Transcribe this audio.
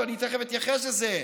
ואני תכף אתייחס לזה,